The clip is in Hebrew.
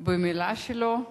במלה שלו.